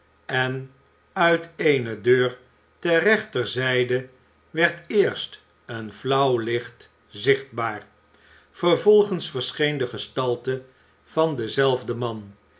en uit eene deur ter rechterzijde werd eerst een flauw licht zichtbaar vervolgens verscheen de gestalte van denzelfden man